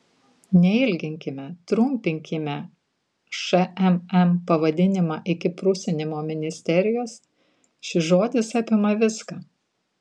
neilginkime trumpinkime šmm pavadinimą iki prusinimo ministerijos šis žodis apima viską